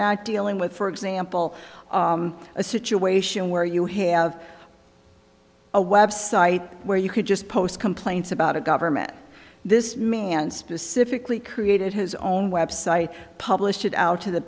not dealing with for example a situation where you have a website where you could just post complaints about a government this man specifically created his own website publish it out to the